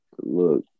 Look